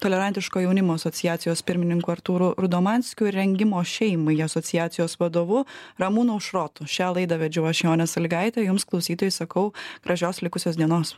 tolerantiško jaunimo asociacijos pirmininku artūru rudomanskiu ir rengimo šeimai asociacijos vadovu ramūnu aušrotu šią laidą vedžiau aš jonė sąlygaitė jums klausytojai sakau gražios likusios dienos